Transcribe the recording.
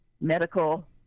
medical